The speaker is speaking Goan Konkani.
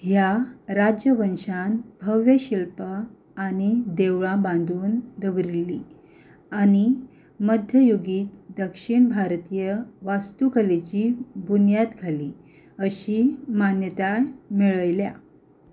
ह्या राजवंशान भव्य शिल्पां आनी देवळां बांदून दवरलेलीं आनी मध्ययुगीत दक्षीण भारतीय वास्तुकलेची बुन्याद घाल्ली अशी मान्यताय मेळयल्या